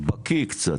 בקיא קצת,